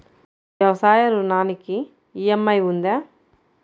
వ్యవసాయ ఋణానికి ఈ.ఎం.ఐ ఉందా?